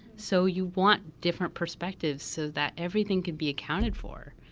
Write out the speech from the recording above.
so you want different perspectives so that everything could be accounted for,